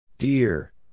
Dear